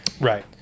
right